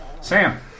Sam